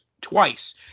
twice